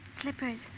Slippers